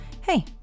Hey